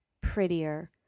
prettier